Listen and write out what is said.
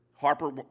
Harper